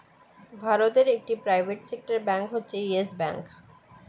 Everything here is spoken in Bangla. ভারতে একটি প্রাইভেট সেক্টর ব্যাঙ্ক হচ্ছে ইয়েস ব্যাঙ্ক